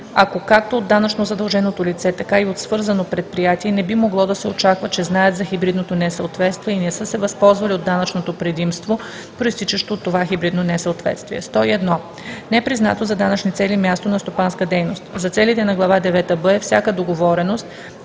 ако както от данъчно задълженото лице, така и от свързано предприятие не би могло да се очаква, че знаят за хибридното несъответствие и не са се възползвали от данъчното предимство, произтичащо от това хибридно несъответствие. 101. „Непризнато за данъчни цели място на стопанска дейност“ за целите на глава девета „б“ е всяка договореност,